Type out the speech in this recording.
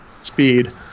speed